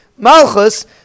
Malchus